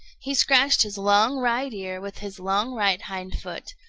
he scratched his long right ear with his long right hind foot.